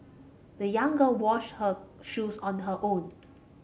the young girl washed her shoes on her own